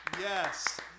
Yes